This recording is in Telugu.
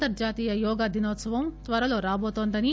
అంతర్జాతీయ యోగా దినోత్సవం త్వరలో రాబోతోందని